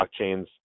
blockchains